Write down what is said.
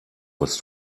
was